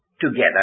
together